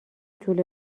طول